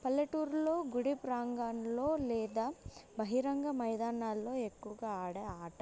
పల్లెటూరులో గుడి ప్రాంగాలో లేదా బహిరంగ మైదానాల్లో ఎక్కువగా ఆడే ఆట